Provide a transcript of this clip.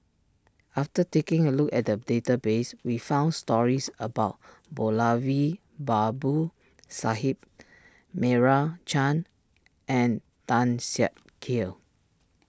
after taking a look at the database we found stories about Moulavi Babu Sahib Meira Chand and Tan Siak Kew